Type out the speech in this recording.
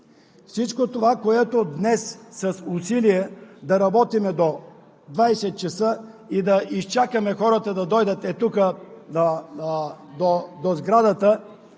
Всичко това, което днес с усилия да работим до 20,00 ч., и да изчакаме хората да дойдат ей тук до сградата